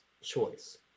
choice